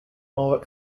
more